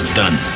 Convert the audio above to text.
done